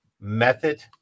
method